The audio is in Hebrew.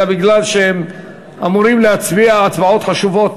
אלא מפני שהם אמורים להצביע הצבעות חשובות